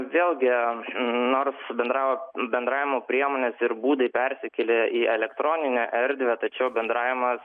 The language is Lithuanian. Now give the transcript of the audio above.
vėlgi nors bendrau bendravimo priemonės ir būdai persikėlė į elektroninę erdvę tačiau bendravimas